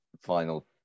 final